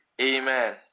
Amen